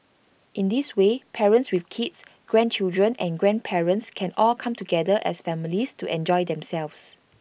in this way parents with kids grandchildren and grandparents can all come together as families to enjoy themselves